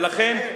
ולכן,